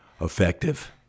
effective